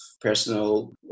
personal